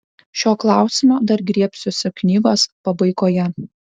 šio klausimo dar griebsiuosi knygos pabaigoje